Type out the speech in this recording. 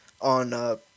on